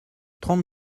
trente